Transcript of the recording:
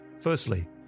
Firstly